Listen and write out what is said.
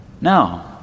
No